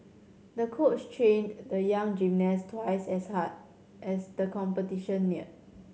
the coach trained the young gymnast twice as hard as the competition neared